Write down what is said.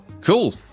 Cool